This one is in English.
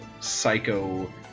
psycho